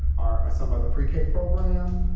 or some other pre-k program.